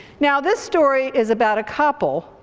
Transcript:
now this story is about a couple,